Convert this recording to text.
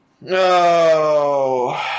No